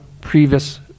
previous